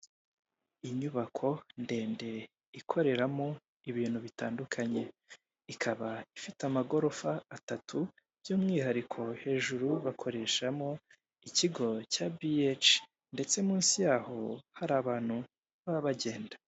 Inyubako ndende ikoreramo ibintu bitandukanye ikaba ifite amagorofa atatu by'umwihariko hejuru bakoreshamo ikigo cya biheyici ndetse munsi yaho hari abantu baba bagenda.